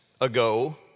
ago